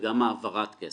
וגם העברת כסף.